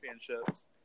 championships